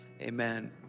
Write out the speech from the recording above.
amen